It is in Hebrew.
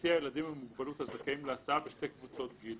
תסיע ילדים עם מוגבלות הזכאים להסעה בשתי קבוצות גיל,